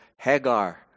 Hagar